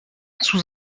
sous